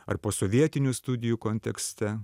ar posovietinių studijų kontekste